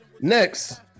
next